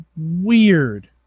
weird